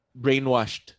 brainwashed